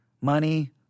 money